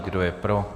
Kdo je pro?